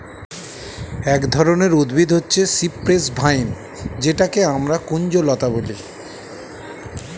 এক ধরনের উদ্ভিদ হচ্ছে সিপ্রেস ভাইন যেটাকে আমরা কুঞ্জলতা বলি